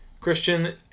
Christian